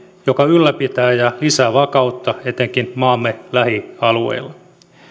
joka ylläpitää ja lisää vakautta etenkin maamme lähialueilla